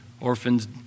Orphans